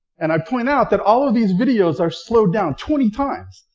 and i point out that all of these videos are slowed down twenty times,